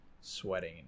sweating